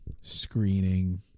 screening